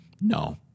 no